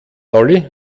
lolli